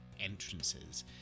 entrances